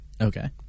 Okay